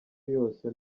yose